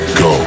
go